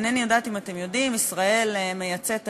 אינני יודעת אם אתם יודעים: ישראל מייצאת היום,